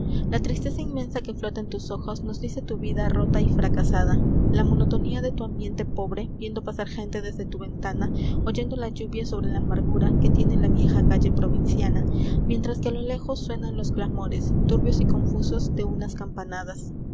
la tristeza inmensa que flota en tus ojos uos dice tu vida rota y fracasada la monotonía de tu ambiente pobre viendo pasar gente desde tu ventana oyendo la lluvia sobre la amargura que tiene la vieja calle provinciana mientras que a lo lejos suenan los clamores turbios y confusos de unas campanadas